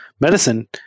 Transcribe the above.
Medicine